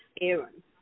Aaron